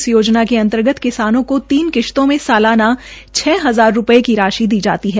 इस योजना के अंतर्गत किसानों को तीन किश्तों में सलाना छः हजार रूपये की राशि दी जाती है